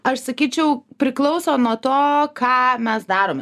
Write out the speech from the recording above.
aš sakyčiau priklauso nuo to ką mes darome